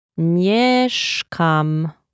Mieszkam